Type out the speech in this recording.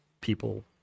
people